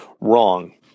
wrong